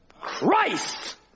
Christ